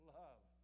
love